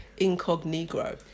incognito